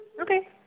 Okay